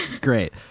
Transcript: Great